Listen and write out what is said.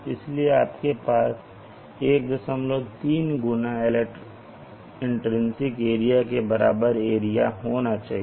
इसलिए आपके पास 13 गुना इन्ट्रिन्सिक एरिया के बराबर एरिया होना चाहिए